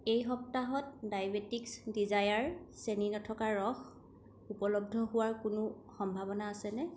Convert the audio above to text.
এই সপ্তাহত ডাইবেটিকছ ডিজায়াৰ চেনি নথকা ৰস উপলব্ধ হোৱাৰ কোনো সম্ভাৱনা আছেনে